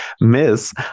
Miss